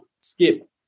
skip